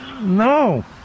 No